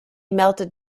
melted